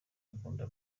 akunda